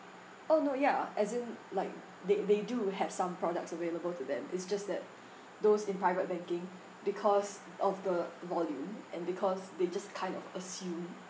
oh no ya as in like they they do have some products available to them it's just that those in private banking because of the volume and because they just kind of assume